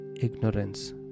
ignorance